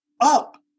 up